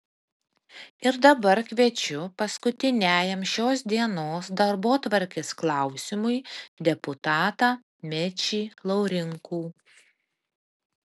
ir dabar kviečiu paskutiniajam šios dienos darbotvarkės klausimui deputatą mečį laurinkų